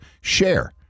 share